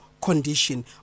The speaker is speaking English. condition